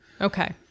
Okay